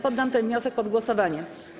Poddam ten wniosek pod głosowanie.